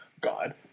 god